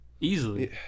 Easily